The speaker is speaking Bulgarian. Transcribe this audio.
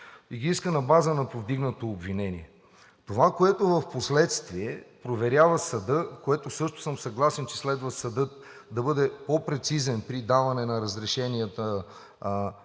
и ги иска на база на повдигнато обвинение. Това, което впоследствие проверява съдът, с което също съм съгласен, е, че съдът следва да бъде по-прецизен при даване на разрешенията